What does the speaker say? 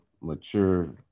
mature